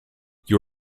you